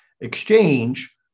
Exchange